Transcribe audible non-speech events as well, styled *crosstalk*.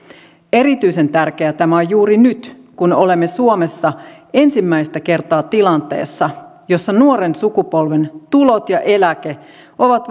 erityisen tärkeää tämä on juuri nyt kun olemme suomessa ensimmäistä kertaa tilanteessa jossa nuoren sukupolven tulot ja eläke ovat *unintelligible*